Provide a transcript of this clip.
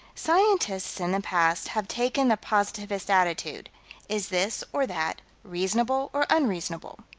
scientists in the past have taken the positivist attitude is this or that reasonable or unreasonable?